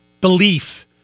belief